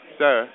sir